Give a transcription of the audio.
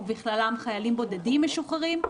ובכללם חיילים בודדים משוחררים.